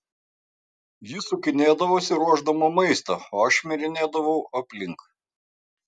ji sukinėdavosi ruošdama maistą o aš šmirinėdavau aplink